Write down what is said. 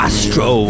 Astro